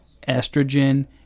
estrogen